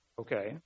okay